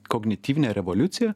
kognityvinę revoliuciją